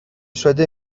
شده